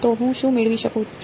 તો હું શું મેળવી શકું